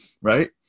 right